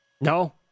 No